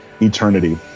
eternity